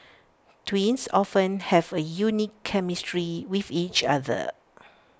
twins often have A unique chemistry with each other